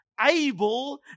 able